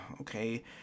okay